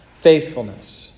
faithfulness